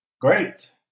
great